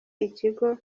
ikigo